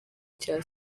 cya